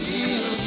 Feel